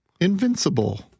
invincible